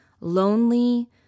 lonely